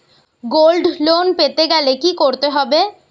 Gold loan পেতে হলে কি করতে হবে?